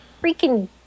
freaking